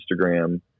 Instagram